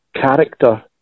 character